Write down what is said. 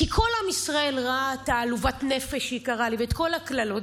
כי כל עם ישראל ראה את שהיא קראה לי "עלובת נפש" ואת כל הקללות,